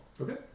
Okay